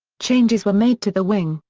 changes were made to the wing,